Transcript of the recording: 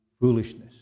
foolishness